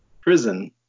prison